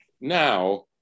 now